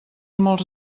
molts